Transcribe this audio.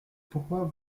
pourquoi